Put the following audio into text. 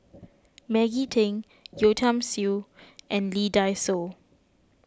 Maggie Teng Yeo Tiam Siew and Lee Dai Soh